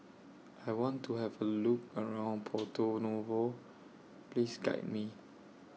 I want to Have A Look around Porto Novo Please Guide Me